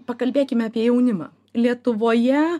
pakalbėkime apie jaunimą lietuvoje